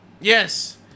Yes